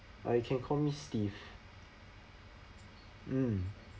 uh you can call me steve mm